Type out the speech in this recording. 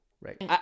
right